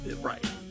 Right